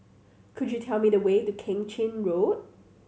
could you tell me the way to Keng Chin Road